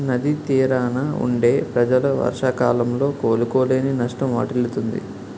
నది తీరాన వుండే ప్రజలు వర్షాకాలంలో కోలుకోలేని నష్టం వాటిల్లుతుంది